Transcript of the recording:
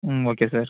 ம் okay sir